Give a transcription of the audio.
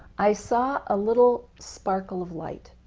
i saw a little sparkle of light